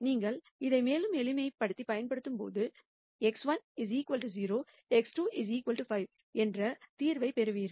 நீங்கள் இதை மேலும் எளிமைப்படுத்தும்போது x1 0 x2 5 என்ற தீர்வைப் பெறுவீர்கள்